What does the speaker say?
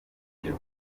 ibyo